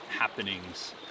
happenings